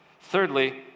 Thirdly